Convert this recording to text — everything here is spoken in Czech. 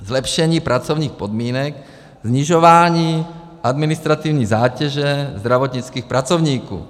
Zlepšení pracovních podmínek, snižování administrativní zátěže zdravotnických pracovníků.